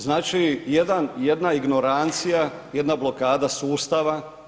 Znači jedna ignorancija, jedna blokada sustava.